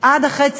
עד אחרי צבא,